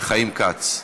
חיים כץ.